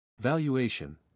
Valuation